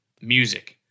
music